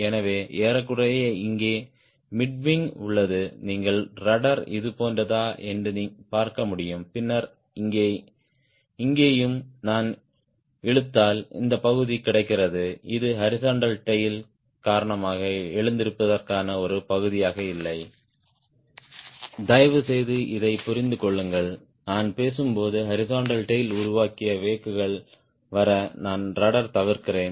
எனவே ஏறக்குறைய இங்கே மிட் விங் உள்ளது நீங்கள் ரட்ட்ர் இதுபோன்றதா என்று பார்க்க முடியும் பின்னர் இங்கேயும் நான் இழுத்தால் இந்த பகுதி கிடைக்கிறது இது ஹாரிஸ்ன்ட்டல் டேய்ல் காரணமாக எழுந்திருப்பதற்கான ஒரு பகுதியாக இல்லை தயவுசெய்து இதைப் புரிந்து கொள்ளுங்கள் நான் பேசும்போது ஹாரிஸ்ன்ட்டல் டேய்ல் உருவாக்கிய வெக்குள் வர நான் ரட்ட்ர் தவிர்க்கிறேன்